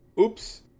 oops